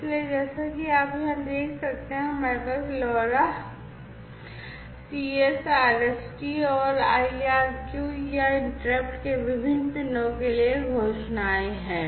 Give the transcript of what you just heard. इसलिए जैसा कि आप यहां देख सकते हैं कि हमारे पास LoRa सीएस आरएसटी या इंटरप्ट के विभिन्न पिनों के लिए ये घोषणाएं हैं